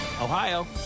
Ohio